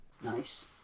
Nice